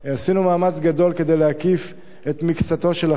עשינו מאמץ גדול כדי להקיף את מקצתו של החומר.